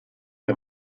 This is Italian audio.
che